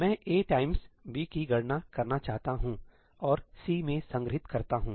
मैं A times B की गणना करना चाहता हूं और सी में संग्रहीत करता हूं